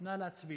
נא להצביע.